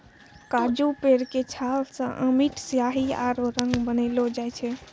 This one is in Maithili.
काजू पेड़ के छाल सॅ अमिट स्याही आरो रंग बनैलो जाय छै